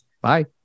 bye